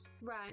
Right